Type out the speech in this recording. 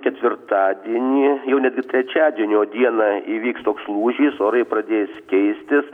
ketvirtadienį jau net gi trečiadienio dieną įvyks toks lūžis orai pradės keistis